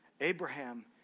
Abraham